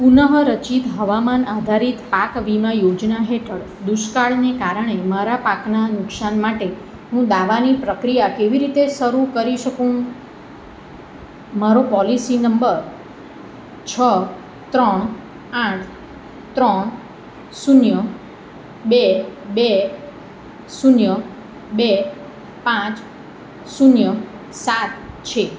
પુન રચિત હવામાન આધારિત પાક વીમા યોજના હેઠળ દુષ્કાળને કારણે મારા પાકના નુકસાન માટે હું દાવાની પ્રક્રિયા કેવી રીતે શરૂ કરી શકું મારો પોલિસી નંબર છ ત્રણ આઠ ત્રણ શૂન્ય બે બે શૂન્ય બે પાંચ શૂન્ય સાત છે